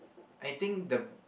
I think the